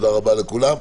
תודה רבה לכולם.